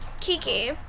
Kiki